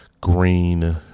Green